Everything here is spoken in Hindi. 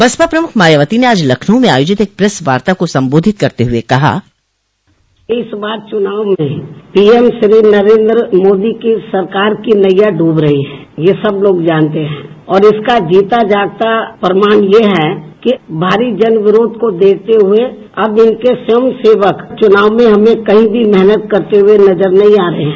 बसपा प्रमुख मायावती ने आज लखनऊ में आयाजित एक प्रेस वार्ता को संबोधित करते हुए कहा इस बार चुनाव पीएम श्री नरेन्द्र मोदी की सरकार की नैया डूब रही है यह सब लोग जानते हैं और इसका जीता जागता प्रमाण ये हैं कि भारी जन विरोध को देखते हुए अब इनके स्वयं सेवक चुनाव में हमें कहीं भी मेहनत करते हुए नजर नही आ रहे हैं